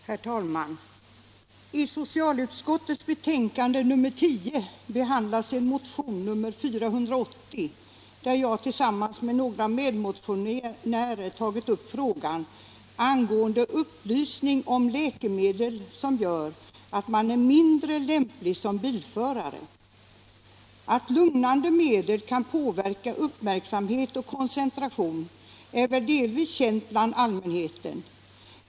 Herr talman! I socialutskottets betänkande nr 10 behandlas motionen 480 där jag tillsammans med några medmotionärer tagit upp frågan angående upplysning om sådana läkemedel som gör att man är mindre lämplig som bilförare. Att lugnande medel kan påverka uppmärksamhet och koncentration är väl delvis känt bland allmänheten.